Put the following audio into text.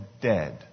dead